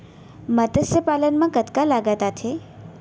मतस्य पालन मा कतका लागत आथे?